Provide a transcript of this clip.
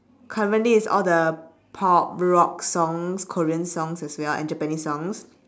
currently it's all the pop rock songs korean songs as well and japanese songs